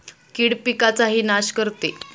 कीड पिकाचाही नाश करते